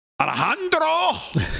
Alejandro